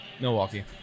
Milwaukee